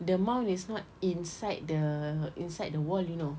the mount is not inside the inside the wall you know